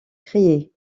créer